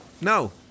No